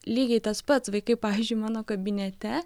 lygiai tas pats vaikai pavyzdžiui mano kabinete